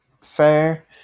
fair